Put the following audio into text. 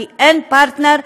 כי אין פרטנר.